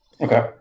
Okay